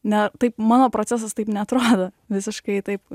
ne taip mano procesas taip neatrodo visiškai taip